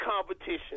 competition